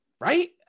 right